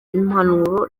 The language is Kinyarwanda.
impanuro